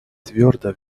твердо